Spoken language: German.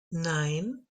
nein